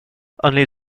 only